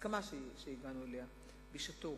ההסכמה שהגענו אליה בשעתו,